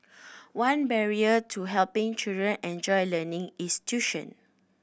one barrier to helping children enjoy learning is tuition